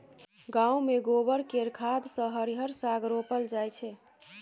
गांव मे गोबर केर खाद सँ हरिहर साग रोपल जाई छै